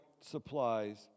supplies